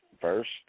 first